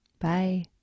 Bye